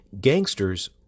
Gangsters